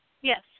Yes